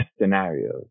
scenarios